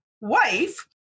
wife